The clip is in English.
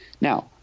Now